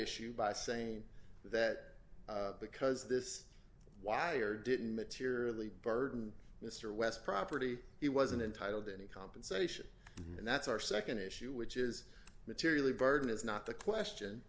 issue by saying that because this wire didn't materially burden mr west property he wasn't entitled to any compensation and that's our nd issue which is materially burden is not the question